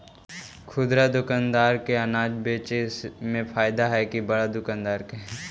खुदरा दुकानदार के अनाज बेचे में फायदा हैं कि बड़ा दुकानदार के?